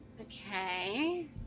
Okay